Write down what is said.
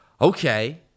okay